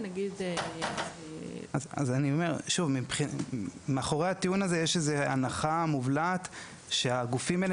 אני אומר שמאחורי הטיעון הזה יש איזו הנחה מובלעת שהגופים האלה